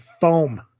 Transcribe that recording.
foam